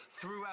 throughout